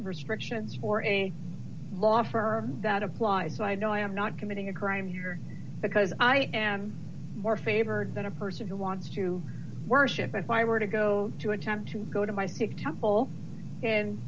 restrictions for any law firm that applies i know i am not committing a crime here because i am more favored than a person who wants to worship if i were to go to attempt to go to my sikh temple and